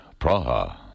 Praha